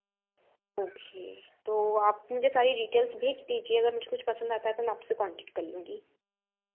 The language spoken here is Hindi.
ओके तो आप मुझे सारी डिटेल्स भेज दीजिए अगर मुझे कुछ पसंद आता है तो मैं आपसे कांटेक्ट कर लूँगी